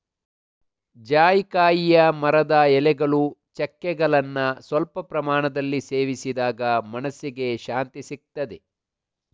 ಜಾಯಿಕಾಯಿಯ ಮರದ ಎಲೆಗಳು, ಚಕ್ಕೆಗಳನ್ನ ಸ್ವಲ್ಪ ಪ್ರಮಾಣದಲ್ಲಿ ಸೇವಿಸಿದಾಗ ಮನಸ್ಸಿಗೆ ಶಾಂತಿಸಿಗ್ತದೆ